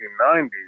1990s